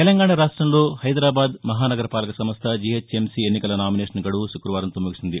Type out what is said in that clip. తెలంగాణ రాష్టంలో హైదరాబాద్ మహా నగర పాలక సంస్ద జి హెచ్ ఎం సి ఎన్నికల నామినేషన్ గడువు శుక్రవారంతో ముగిసింది